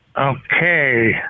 Okay